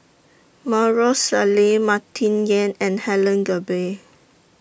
Maarof Salleh Martin Yan and Helen Gilbey